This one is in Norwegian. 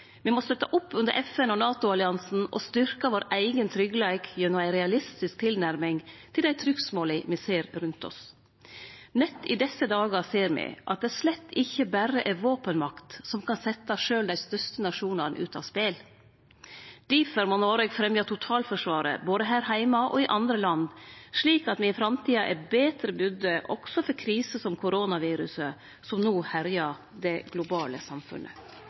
Me må støtte opp under FN og NATO-alliansen og styrkje vår eigen tryggleik gjennom ei realistisk tilnærming til dei trugsmåla me ser rundt oss. Nett i desse dagar ser me at det slett ikkje berre er våpenmakt som kan setje sjølv dei største nasjonane ut av spel. Difor må Noreg fremje totalforsvaret både her heime og i andre land, slik at me i framtida er betre budde – også mot kriser som koronaviruset, som no herjar det globale samfunnet.